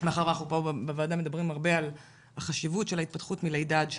מאחר ואנחנו פה בוועדה מדברים הרבה על החשיבות של ההתפתחות מלידה עד 3,